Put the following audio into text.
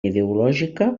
ideològica